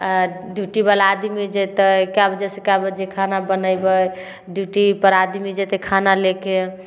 आ ड्यूटीबला आदमी जेतै कए बजे से कए बजे खाना बनयबै ड्यूटी पर आदमी जेतै खाना लेके